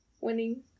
winning